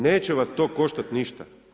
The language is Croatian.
Neće vas to koštati ništa.